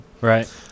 Right